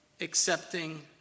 accepting